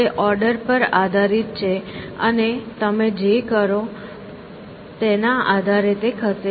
તે ઓર્ડર પર આધારીત છે અને તમે જે કરો તેના આધારે તે ખસે છે